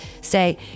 Say